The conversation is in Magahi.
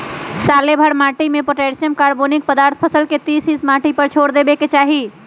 सालोभर माटिमें पोटासियम, कार्बोनिक पदार्थ फसल के तीस हिस माटिए पर छोर देबेके चाही